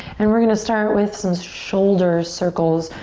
and we're gonna start with some shoulders circles.